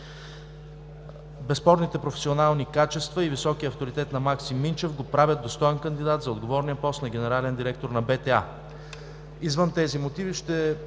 Безспорните професионални качества и високият авторитет на Максим Минчев го правят достоен кандидат за отговорния пост на генерален директор на БТА. Извън тези мотиви ще